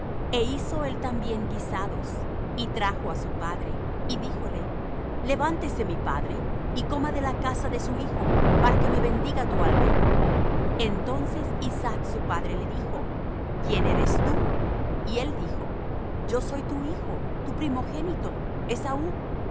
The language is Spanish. e hizo él también guisados y trajo á su padre y díjole levántese mi padre y coma de la caza de su hijo para que me bendiga tu alma entonces isaac su padre le dijo quién eres tú y él dijo yo soy tu hijo tu primogénito esaú y